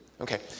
Okay